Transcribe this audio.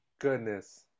goodness